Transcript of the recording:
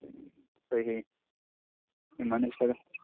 صحیح یِمَن ۂے چھِ تگان